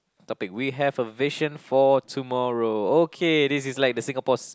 topic we have a vision for tomorrow okay this is like the Singapore's